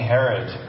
Herod